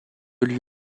lui